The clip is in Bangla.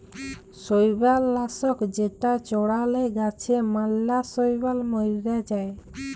শৈবাল লাশক যেটা চ্ড়ালে গাছে ম্যালা শৈবাল ম্যরে যায়